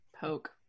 Poke